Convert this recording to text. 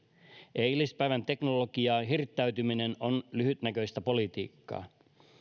eilispäivän teknologiaan hirttäytyminen on lyhytnäköistä politiikkaa